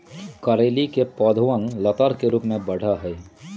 करेली के पौधवा लतर के रूप में बढ़ा हई